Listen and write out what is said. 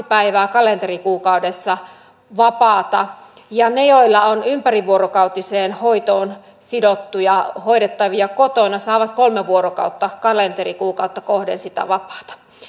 päivää kalenterikuukaudessa vapaata ja ne joilla on ympärivuorokautiseen hoitoon sidottuja hoidettavia kotona saavat kolme vuorokautta kalenterikuukautta kohden sitä vapaata myös